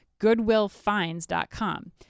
goodwillfinds.com